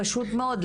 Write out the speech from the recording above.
פשוט מאוד.